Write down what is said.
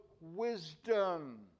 wisdom